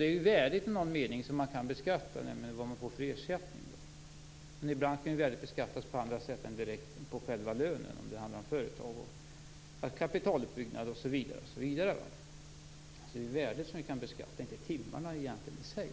Det är värdet i någon mening som man kan beskatta, nämligen vad man får för ersättning. Men ibland kan värdet beskattas på andra sätt än direkt på själva lönen. Det handlar om företag, kapitaluppbyggnad, osv. Det är värdet som vi kan beskatta och egentligen inte timmarna i sig.